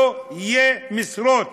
לא יהיו משרות.